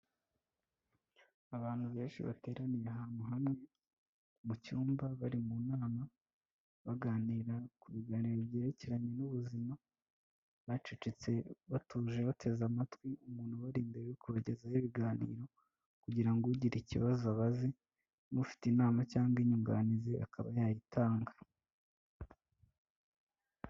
Abantu benshi bateraniye ahantu hamwe mu cyumba, bari mu nama baganira ku biganiro byerekeranye n'ubuzima, bacecetse, batuje. Bateze amatwi umuntu ubari imbere uri kubagezaho ibiganiro kugira ngo ugira ikibazo, abaze; n'ufite inama cyangwa inyunganizi akaba yayitanga.